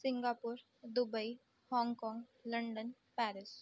Singapore Dubai Hong Kong London Paris